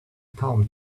palm